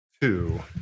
two